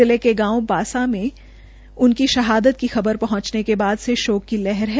जिले के गांव बास में उनकी शहादत की खबर पहुंचने के बाद से शोक की लहर है